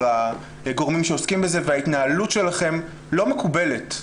הגורמים שעוסקים בזה: ההתנהלות שלכם לא מקובלת.